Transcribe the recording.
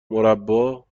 مربّا